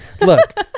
look